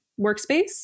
workspace